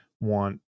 want